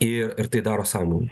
ir ir tai daro sąmoningai